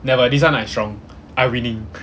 ya but this one I strong I winning